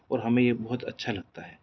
और हमें ये बहुत अच्छा लगता है